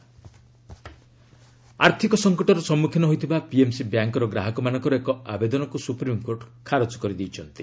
SC PMC ଆର୍ଥିକ ସଂକଟର ସମ୍ମୁଖୀନ ହୋଇଥିବା ପିଏମ୍ସି ବ୍ୟାଙ୍କ୍ର ଗ୍ରାହକମାନଙ୍କର ଏକ ଆବେଦନକୁ ସୁପ୍ରିମ୍କୋର୍ଟ ଖାଜର କରିଦେଇଛନ୍ତି